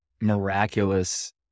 miraculous